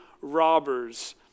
robbers